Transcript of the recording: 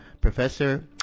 Professor